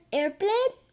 airplane